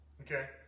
Okay